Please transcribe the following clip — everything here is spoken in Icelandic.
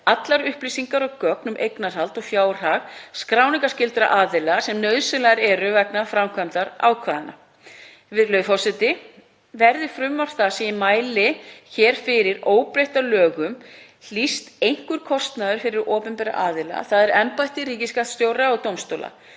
allar upplýsingar og gögn um eignarhald og fjárhag skráningarskyldra aðila sem nauðsynlegar eru vegna framkvæmdar ákvæðanna. Virðulegur forseti. Verði frumvarp það sem ég mæli hér fyrir óbreytt að lögum hlýst einhver kostnaður fyrir opinbera aðila, þ.e. embætti ríkisskattstjóra og dómstóla.